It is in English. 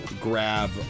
grab